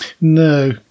No